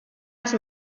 els